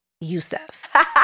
Youssef